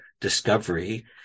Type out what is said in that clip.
discovery